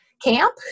camp